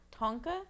Tonka